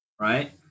right